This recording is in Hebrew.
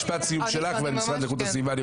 משפט סיום שלך ומשרד לאיכות הסביבה.